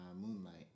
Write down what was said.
Moonlight